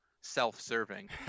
self-serving